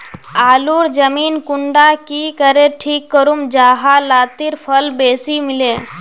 आलूर जमीन कुंडा की करे ठीक करूम जाहा लात्तिर फल बेसी मिले?